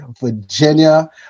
Virginia